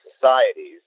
societies